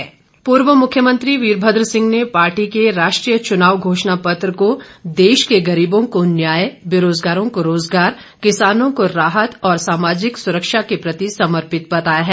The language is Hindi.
वीरभद्र पूर्व मुख्यमंत्री वीरभद्र सिंह ने पार्टी के राष्ट्रीय च्नाव घोषणापत्र को देश के गरीबों को न्याय बेरोजगारों को रोजगार किसानों को राहत और सामाजिक सुरक्षा के प्रति समर्पित बताया है